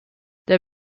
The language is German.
der